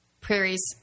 Prairie's